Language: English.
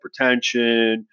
hypertension